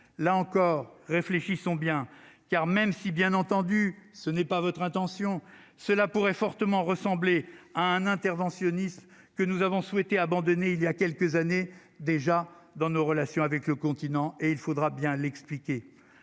là encore, réfléchissons bien, car même si, bien entendu, ce n'est pas votre attention cela pourrait fortement ressembler à un interventionniste que nous avons souhaité abandonner il y a quelques années déjà dans nos relations avec le continent et il faudra bien l'expliquer,